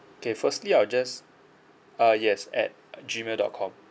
okay firstly I'll just uh yes at gmail dot com